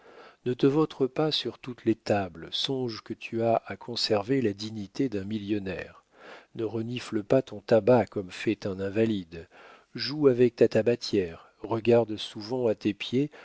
ne te vautre pas sur toutes les tables songe que tu as à conserver la dignité d'un millionnaire ne renifle pas ton tabac comme fait un invalide joue avec ta tabatière regarde souvent à tes pieds